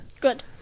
Good